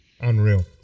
unreal